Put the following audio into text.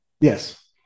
Yes